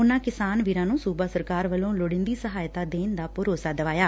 ਉਨੂਾ ਕਿਸਾਨ ਵੀਰਾ ਨੂੰ ਸੂਬਾ ਸਰਕਾਰ ਵੱਲੋਂ ਲੋੜੀਦੀਂ ਸਹਾਇਤਾ ਦੇਣ ਦਾ ਭਰੋਸਾ ਦਵਾਇਆ